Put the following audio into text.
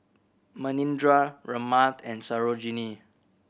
Manindra Ramnath and Sarojini